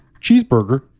cheeseburger